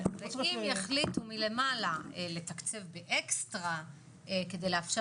ואם יחליטו מלמעלה לתקצב באקסטרה כדי לאפשר